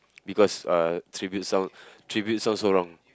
because uh tribute sound tribute sound so wrong